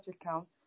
account